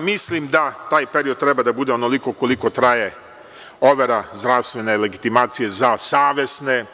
Mislim da taj period treba da bude onoliko koliko traje overa zdravstvene legitimacije za savesne